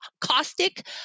caustic